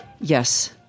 yes